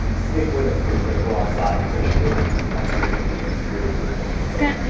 stick with us cause we're gonna go outside and take a look at just how beautiful the exterior is of this coach.